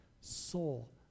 soul